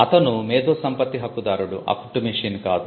అతను మేధోసంపత్తి హక్కు దారుడు ఆ కుట్టు మెషిన్ కాదు